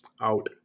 out